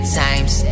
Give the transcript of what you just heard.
times